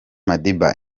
madiba